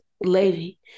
lady